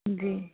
जी